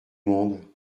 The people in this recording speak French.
monde